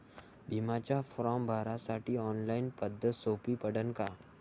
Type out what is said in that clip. बिम्याचा फारम भरासाठी ऑनलाईन पद्धत सोपी पडन का?